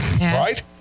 Right